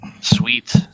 sweet